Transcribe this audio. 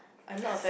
I'm not a fan